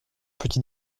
petit